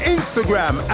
Instagram